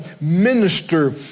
minister